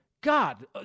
God